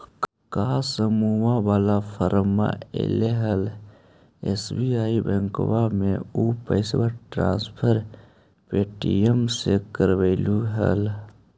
का समुहवा वाला फंडवा ऐले हल एस.बी.आई बैंकवा मे ऊ पैसवा ट्रांसफर पे.टी.एम से करवैलीऐ हल?